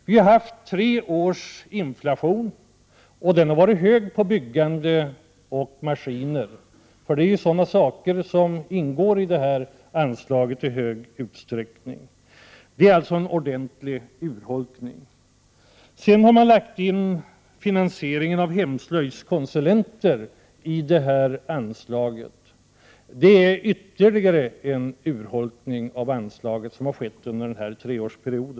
Vi har haft tre års inflation, och den har varit hög i fråga om byggande och maskiner, vilket är sådant som i stor utsträckning ingår i detta anslag. Det är alltså fråga om en ordentlig urholkning. Sedan har finansieringen av hemslöjdskonsulenter lagts in i detta anslag. Det innebär ytterligare en urholkning av anslaget under denna treårsperiod.